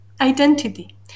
identity